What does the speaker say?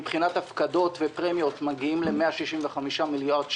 מבחינת הפקדות ופרמיות מגיעים ל-165 מיליארד ש"ח.